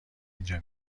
اینجا